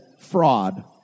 fraud